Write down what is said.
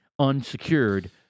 unsecured